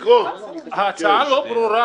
ההצעה לא ברורה.